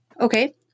Okay